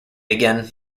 again